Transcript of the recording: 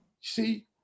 see